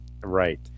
Right